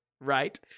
right